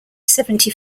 seventy